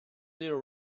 little